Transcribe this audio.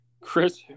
Chris